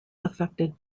affected